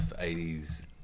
80s